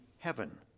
heaven